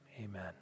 amen